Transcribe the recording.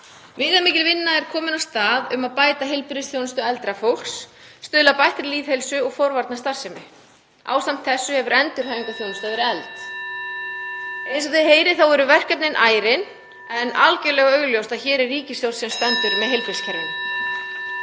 Viðamikil vinna er komin af stað um að bæta heilbrigðisþjónustu eldra fólks, stuðla að bættri lýðheilsu og forvarnastarfsemi. Ásamt þessu hefur endurhæfingarþjónusta verið efld. (Forseti hringir.) Eins og þið heyrið eru verkefnin ærin en algerlega augljóst að hér er ríkisstjórn sem stendur með heilbrigðiskerfinu.